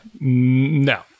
No